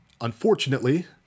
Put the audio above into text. Unfortunately